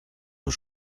aux